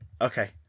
Okay